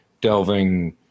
delving